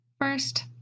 First